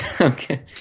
Okay